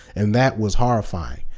and that was horrifying.